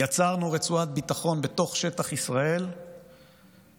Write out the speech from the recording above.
יצרנו רצועת ביטחון בתוך שטח ישראל ומסרנו